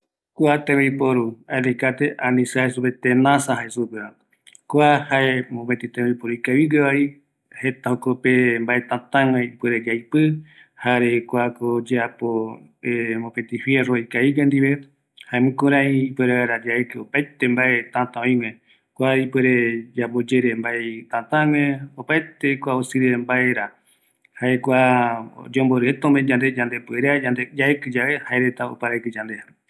Kua alicate ani tenasa, jae tembiporu ikavigue, yaipɨ vaera mbae tätähueva, oimevi ou opa oyoavɨavɨ, oime tuisava, jare misiva, erei tembiporu ikavigueva